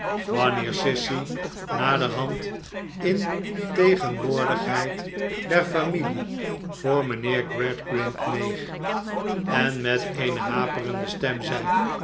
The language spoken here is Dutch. wanneer sissy naderhand in tegenwoordigheid der familie voor mijnheer gradgrind neeg en met eene haperende stem zeide